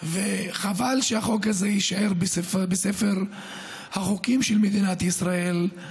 וחבל שהחוק הזה יישאר בספר החוקים של מדינת ישראל.